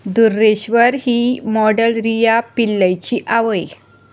धुर्रेश्वर ही मॉडल रिया पिल्लयची आवय